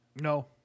No